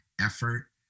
effort